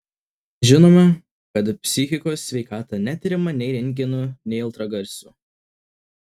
žinome kad psichikos sveikata netiriama nei rentgenu nei ultragarsu